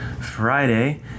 Friday